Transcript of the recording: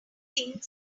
thing